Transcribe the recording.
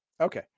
Okay